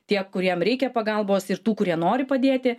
tie kuriem reikia pagalbos ir tų kurie nori padėti